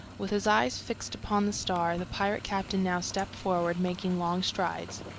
with his eyes fixed upon this star, the pirate captain now stepped forward, making long strides.